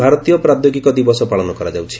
ଆକି ଜାତୀୟ ପ୍ରାଦ୍ୟୋଗିକ ଦିବସ ପାଳନ କରାଯାଉଛି